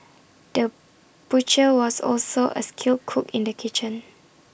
the butcher was also A skilled cook in the kitchen